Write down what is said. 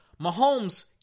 Mahomes